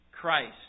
Christ